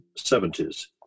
1970s